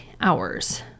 hours